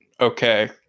okay